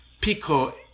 Pico